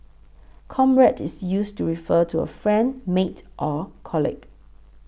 comrade is used to refer to a friend mate or colleague